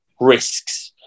risks